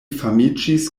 famiĝis